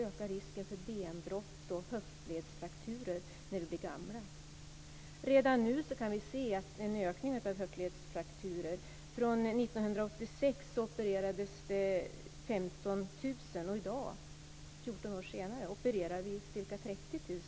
ökar risken för benbrott och höftledsfrakturer när vi blir gamla. Redan nu ser vi en ökning av antalet höftledsfrakturer från 1986 när det opererades 15 000 till i dag när det opereras ca 30 000.